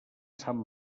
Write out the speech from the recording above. sant